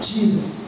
Jesus